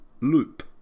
loop